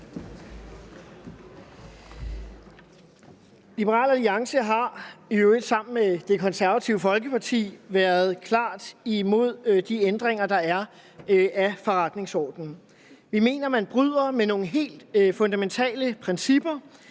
Liberal Alliance har i øvrigt sammen med Det Konservative Folkeparti været klart imod de ændringer, der er af forretningsordenen. Vi mener, at man bryder med nogle helt fundamentale principper.